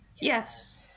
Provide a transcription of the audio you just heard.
Yes